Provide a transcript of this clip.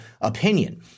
opinion